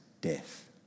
death